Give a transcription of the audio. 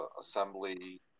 assembly